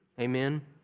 Amen